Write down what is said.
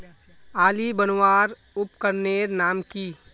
आली बनवार उपकरनेर नाम की?